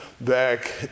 back